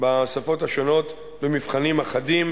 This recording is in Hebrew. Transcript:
בשפות השונות במבחנים אחדים.